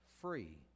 free